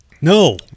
no